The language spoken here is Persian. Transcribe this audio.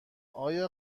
آیای